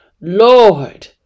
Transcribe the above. Lord